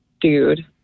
dude